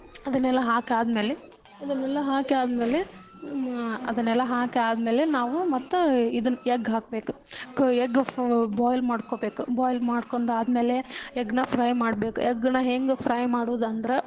ಅದನ್ನೆಲ್ಲ ಹಾಕಾದ್ಮೇಲೆ ಅದನ್ನೆಲ್ಲ ಹಾಕಾದ್ಮೇಲೆ ಅದನ್ನೆಲ್ಲ ಹಾಕಾದ್ಮೇಲೆ ನಾವು ಮತ್ತೆ ಇದನ್ನು ಎಗ್ ಹಾಕ್ಬೇಕು ಕ ಎಗ್ ಫು ಬಾಯ್ಲ್ ಮಾಡ್ಕೊಳ್ಬೇಕು ಬಾಯ್ಲ್ ಮಾಡ್ಕೊಂಡಾದ್ಮೇಲೆ ಎಗ್ಗನ್ನ ಫ್ರೈ ಮಾಡ್ಬೇಕು ಎಗ್ಗನ್ನ ಹೆಂಗೆ ಫ್ರೈ ಮಾಡೋದೆಂದ್ರೆ